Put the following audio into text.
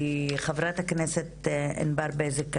חברת הכנסת ענבר בזק,